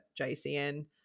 JCN